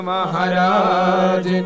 Maharaj